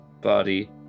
body